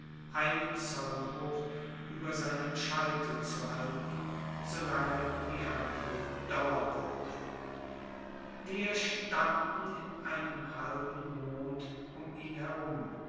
einen zoll hoch über seinem scheitel zu halten solange die handlung dauern würde wir standen in einem halben mond um ihn herum